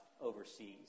overseas